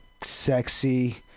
sexy